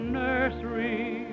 nursery